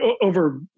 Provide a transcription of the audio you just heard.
over